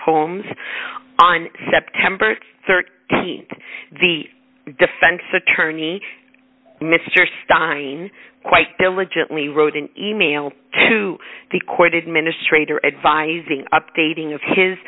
homes on september th the defense attorney mr stein quite diligently wrote an e mail to the court administrator advising updating of his